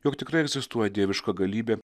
jog tikrai egzistuoja dieviška galybė